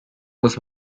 muss